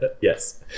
Yes